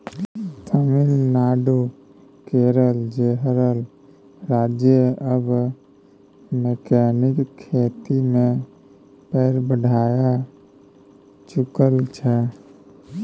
तमिलनाडु, केरल जेहन राज्य आब मैकेनिकल खेती मे पैर बढ़ाए चुकल छै